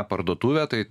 parduotuvę tai